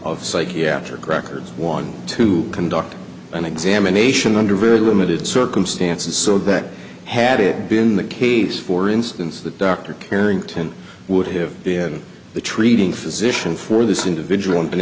of psychiatric records one to conduct an examination under very limited circumstances so that had it been the case for instance that dr carrington would have been the treating physician for this individual and been